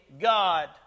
God